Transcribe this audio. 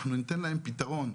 אנחנו ניתן להם פתרון,